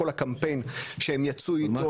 כל הקמפיין שהם יצאו אתו